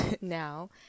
now